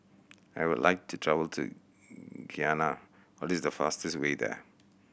I would like to travel to Guyana what is the fastest way there